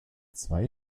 zwei